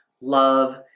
love